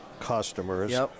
customers